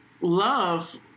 love